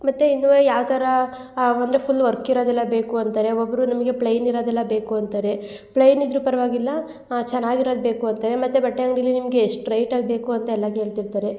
ಮತ್ತು ಇನ್ನುವೆ ಯಾವ ಥರ ಅಂದರೆ ಫುಲ್ ವರ್ಕ್ ಇರೋದೆಲ್ಲ ಬೇಕು ಅಂತಾರೆ ಒಬ್ಬರು ನಮಗೆ ಪ್ಲೈನ್ ಇರೋದೆಲ್ಲ ಬೇಕು ಅಂತಾರೆ ಪ್ಲೈನ್ ಇದ್ದರೂ ಪರವಾಗಿಲ್ಲ ಚೆನ್ನಾಗಿರೋದು ಬೇಕು ಅಂತಾರೆ ಮತ್ತು ಬಟ್ಟೆ ಅಂಗಡಿಲಿ ನಿಮಗೆ ಎಷ್ಟು ರೇಟಲ್ಲಿ ಬೇಕು ಅಂತೆಲ್ಲ ಕೇಳ್ತಿರ್ತಾರೆ